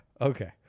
Okay